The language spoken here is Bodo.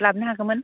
लाबोनो हागौमोन